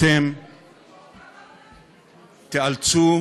אתם תיאלצו